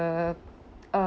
uh